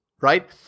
right